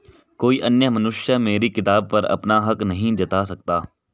कोई अन्य मनुष्य मेरी किताब पर अपना हक नहीं जता सकता